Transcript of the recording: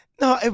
No